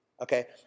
Okay